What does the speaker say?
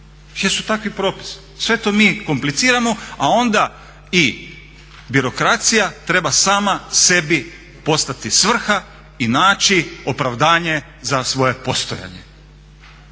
jer su takvi propisi. Sve to mi kompliciramo a onda i birokracija treba sama sebi postati svrha i naći opravdanje za svoje postojanje.